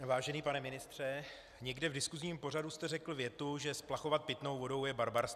Vážený pane ministře, někde v diskusním pořadu jste řekl větu, že splachovat pitnou vodou je barbarství.